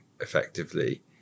effectively